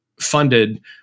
funded